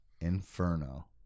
Inferno